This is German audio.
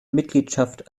mitgliedschaft